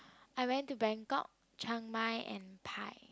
I went to Bangkok Chiangmai and Pai